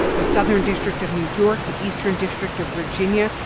the southern district of new york, the eastern district of virginia,